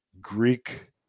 Greek